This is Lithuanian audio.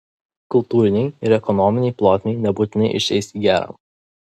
kultūrinei ir ekonominei plotmei nebūtinai išeis į gerą